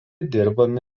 dirbami